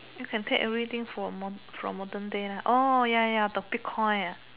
you can take everything from mo~ from modern day lah orh ya ya got big coin ah